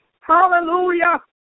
Hallelujah